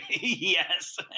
yes